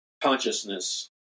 consciousness